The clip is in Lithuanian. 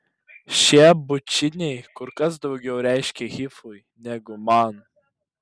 šie bučiniai kur kas daugiau reiškė hifui negu man